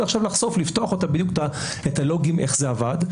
ועכשיו לחשוף ולפתוח את הלוגים איך זה עבד,